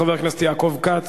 חבר הכנסת יעקב כץ,